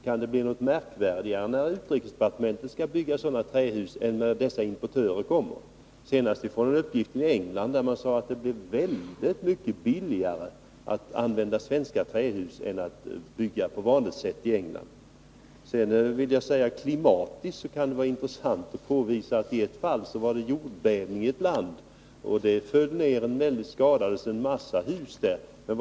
Kan det vara svårare att bygga sådana trähus i svenska utrikesdepartementets regi än när de uppförs av importörer? Enligt senaste uppgifter från England har det där blivit mycket billigare att använda svenska trähus än att bygga hus på det i England vanliga sättet. Med anledning av det som sades om klimatet kan det vara av intresse att peka på ett fall där en jordbävning inträffade i ett land, varvid en mängd hus skadades.